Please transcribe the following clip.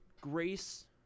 Grace